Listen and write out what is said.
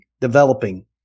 developing